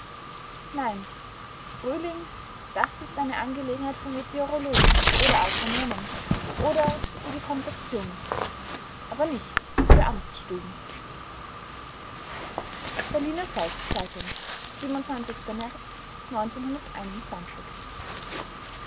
nein frühling das ist eine angelegenheit für meteorologen oder agronomen oder für die konfektion aber nicht für amtsstuben berliner volks-zeitung märz